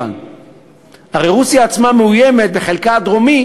הרי רוסיה עצמה מאוימת בחלקה הדרומי